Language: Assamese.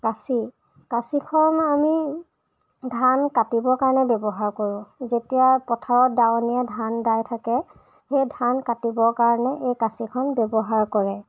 কাঁচি কাঁচিখন আমি ধান কাটিবৰ কাৰণে ব্যৱহাৰ কৰোঁ যেতিয়া পথাৰত দাৱনিয়ে ধান দাই থাকে সেই ধান কাটিবৰ কাৰণে এই কাঁচিখন ব্যৱহাৰ কৰে